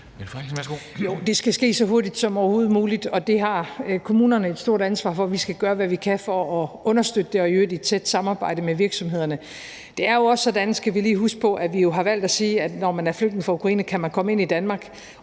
det skal ske så hurtigt som overhovedet muligt, og det har kommunerne et stort ansvar for. Vi skal gøre, hvad vi kan for at understøtte det, i øvrigt i et tæt samarbejde med virksomhederne. Vi skal lige huske på, at det jo også er sådan, at vi har valgt at sige, at når man er flygtning fra Ukraine, kan man komme ind i Danmark,